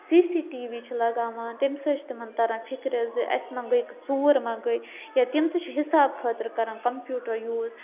C C T V چھِ لَگاوان تَمہِ سۭتۍ چھِ تِمَن تَران فِکرِ زِ اَسہِ ما گٔے ژوٗر ما گٔے یا تِم تہِ چھِ حِساب خٲطرٕ کَران کَمپیٛوٗٹَر یوٗز